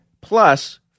plus